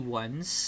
ones